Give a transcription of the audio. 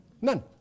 None